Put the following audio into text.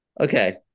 Okay